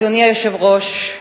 אדוני היושב-ראש,